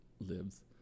lives